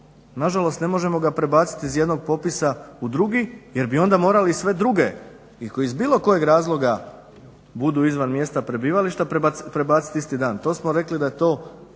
nažalost ne možemo ga prebaciti iz jednog popisa u drugi jer bi onda morali i sve druge iz bilo kojeg razloga budu izvan mjesta prebivališta prebaciti isti dan. To smo rekli da je to